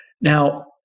Now